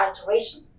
alteration